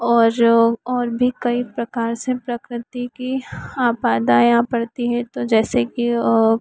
और जो और भी कई प्रकार से प्रकृति की आपदाएँ आ पड़ती है तो जैसे कि ओ